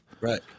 Right